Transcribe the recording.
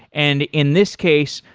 and in this case,